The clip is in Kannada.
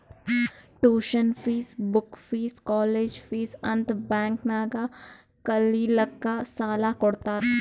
tuition fees, book fees, college fees ಅಂತ್ ಬ್ಯಾಂಕ್ ನಾಗ್ ಕಲಿಲ್ಲಾಕ್ಕ್ ಸಾಲಾ ಕೊಡ್ತಾರ್